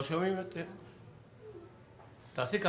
בבקשה.